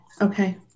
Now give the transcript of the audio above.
Okay